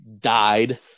died